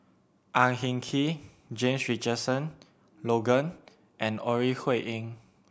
Ang Hin Kee James Richardson Logan and Ore Huiying